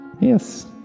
yes